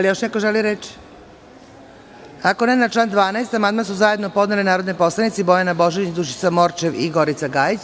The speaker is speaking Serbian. Da li još neko želi reč? (Ne.) Na član 12. amandman su zajedno podnele narodni poslanici Bojana Božanić, Dušica Morčev i Gorica Gajić.